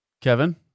Kevin